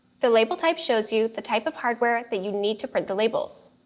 the label type shows you the type of hardware that you need to print the labels.